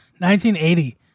1980